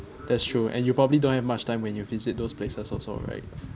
that's true and you probably don't have much time when you visit those places also so right